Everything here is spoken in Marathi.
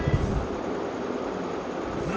पराटीवरच्या पांढऱ्या माशीवर लगाम कसा लावा लागन?